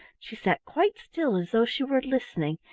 she sat quite still as though she were listening,